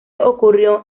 ocurrió